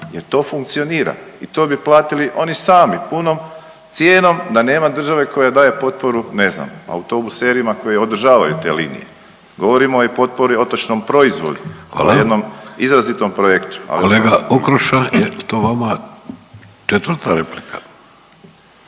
jer to funkcionira. I to bi platili oni sami punom cijenom da nema države koja daje potporu ne znam autobuserima koji održavaju te linije. Govorimo i o potpori otočnom proizvodu …/Upadica: Hvala./… kao jednom izrazitom projektu, ali …/Govornici govore istovremen